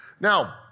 Now